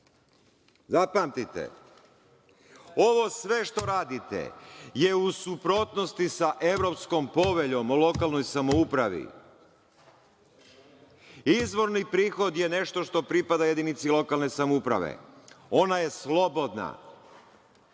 ovo sve što radite je u suprotnosti sa Evropskom poveljom o lokalnoj samoupravi. Izvorni prihod je nešto što pripada jedinici lokalne samouprave. Ona je slobodna